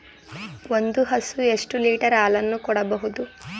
ಒಂದು ಹಸು ಎಷ್ಟು ಲೀಟರ್ ಹಾಲನ್ನು ಕೊಡಬಹುದು?